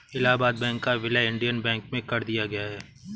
Allahabad bank का विलय Indian bank में कर दिया गया है